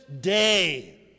day